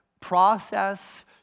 process